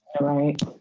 right